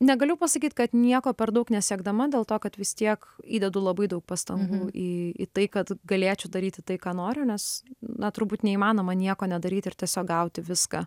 negaliu pasakyt kad nieko per daug nesiekdama dėl to kad vis tiek įdedu labai daug pastangų į į tai kad galėčiau daryti tai ką noriu nes na turbūt neįmanoma nieko nedaryt ir tiesiog gauti viską